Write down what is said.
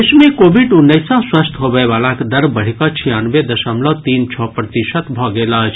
देश मे कोविड उन्नैस सॅ स्वस्थ होबय वलाक दर बढ़ि कऽ छियानवे दशमलव तीन छओ प्रतिशत भऽ गेल अछि